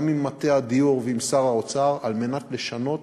וגם עם מטה הדיור ועם שר האוצר, על מנת לשנות